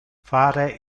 fare